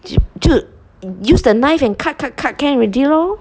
就 use the knife and cut cut cut can already lor